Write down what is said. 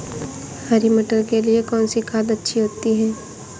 हरी मटर के लिए कौन सी खाद अच्छी होती है?